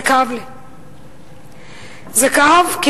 זה כאב לי.